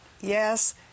yes